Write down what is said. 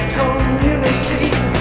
communicate